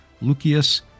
Lucius